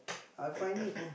I find it